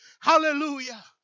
Hallelujah